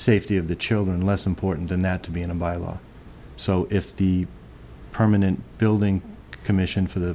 safety of the children less important than that to be in a by law so if the permanent building commission for the